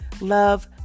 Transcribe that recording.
love